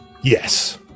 Yes